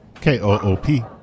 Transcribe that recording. K-O-O-P